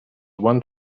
one